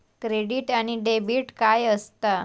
Credit आणि debit काय असता?